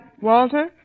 Walter